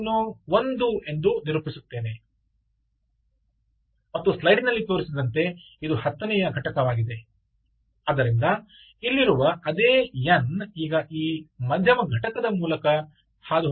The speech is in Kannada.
ನಾನು ಇದನ್ನು 1 ಎಂದು ನಿರೂಪಿಸುತ್ತೇನೆ ಮತ್ತು ಸ್ಲೈಡಿನಲ್ಲಿ ತೋರಿಸಿದಂತೆ ಇದು 10 ನೇಯ ಘಟಕವಾಗಿದೆ ಆದ್ದರಿಂದ ಇಲ್ಲಿರುವ ಅದೇ n ಈಗ ಈ ಮಧ್ಯಮ ಘಟಕದ ಮೂಲಕ ಹೋಗುತ್ತಿದೆ